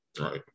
Right